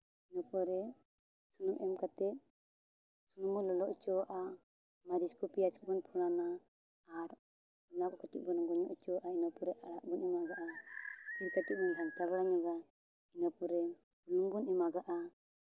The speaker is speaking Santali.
ᱤᱱᱟᱹ ᱯᱚᱨᱮ ᱥᱩᱱᱩᱢ ᱮᱢ ᱠᱟᱛᱮ ᱥᱩᱱᱩᱢ ᱵᱚᱱ ᱞᱚᱞᱚ ᱦᱚᱪᱚᱣᱟᱜᱼᱟ ᱢᱟᱹᱨᱤᱪ ᱠᱚ ᱯᱮᱸᱭᱟᱡᱽ ᱠᱚᱵᱚᱱ ᱯᱷᱳᱲᱟᱱᱟ ᱟᱨ ᱚᱱᱟ ᱠᱚ ᱠᱟᱹᱴᱤᱡ ᱵᱚᱱ ᱨᱩᱱᱟᱹ ᱦᱚᱪᱚᱣᱟᱜᱼᱟ ᱤᱱᱟᱹ ᱯᱚᱨᱮ ᱟᱲᱟᱜ ᱵᱚᱱ ᱮᱢᱟᱜᱟᱜᱼᱟ ᱢᱤᱫ ᱠᱟᱹᱴᱤᱡ ᱵᱚᱱ ᱜᱷᱟᱱᱴᱟ ᱢᱟᱲᱟᱝᱫᱟ ᱤᱱᱟᱹ ᱯᱚᱨᱮ ᱵᱩᱞᱩᱝ ᱵᱚᱱ ᱮᱢᱟᱜᱟᱜᱼᱟ